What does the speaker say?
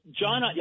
John